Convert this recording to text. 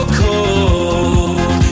cold